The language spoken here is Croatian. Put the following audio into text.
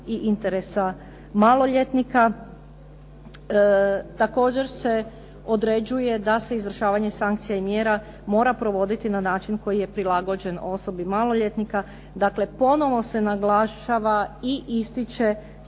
i interesa maloljetnika. Također se određuje da se izvršavanje sankcija i mjera mora provoditi na način koji je prilagođen osobi maloljetnika. Dakle ponovo se naglašava i ističe